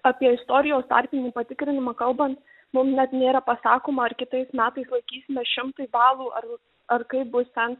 apie istorijos tarpinį patikrinimą kalbant mum net nėra pasakoma ar kitais metais laikysime šimtui balų ar ar kaip bus ten